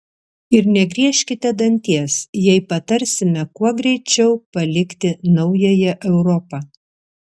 ir negriežkite danties jei patarsime kuo greičiau palikti naująją europą